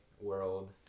world